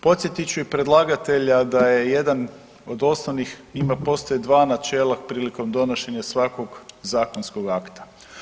Podsjetit ću i predlagatelja da je jedan od osnovnih ima, postoje dva načela prilikom donošenja svakog zakonskog akta.